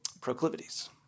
proclivities